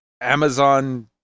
Amazon